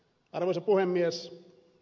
arvoisa puhemies